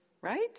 Right